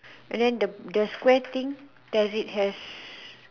and then the the square thing does it have